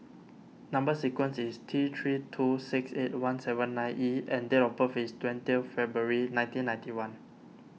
Number Sequence is T three two six eight one seven nine E and date of birth is twentieth February nineteen ninety one